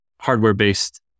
hardware-based